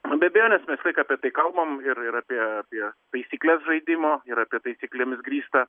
nu be abejonės mes visąlaik apie tai kalbam ir ir apie apie taisykles žaidimo ir apie taisyklėmis grįstą